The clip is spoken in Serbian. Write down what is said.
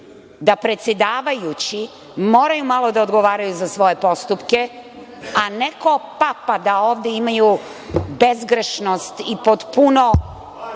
da predsedavajući moraju malo da odgovaraju za svoje postupke, a ne ko Papa da ovde imaju bezgrešnost i potpuno